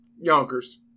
Yonkers